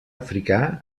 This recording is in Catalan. africà